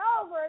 over